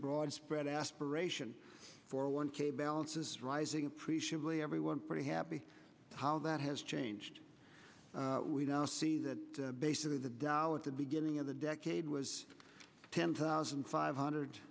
broad spread aspiration for one k balances rising appreciably everyone pretty happy how that has changed we now see that basically the dow at the beginning of the decade was ten thousand five hundred